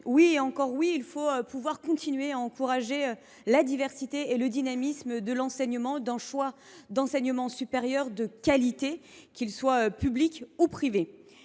Oui, et encore oui, il faut continuer à encourager la diversité et le dynamisme de l’enseignement, en assurant le choix d’un enseignement supérieur de qualité, qu’il soit public ou privé.